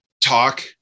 Talk